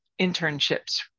internships